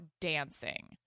dancing